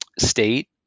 state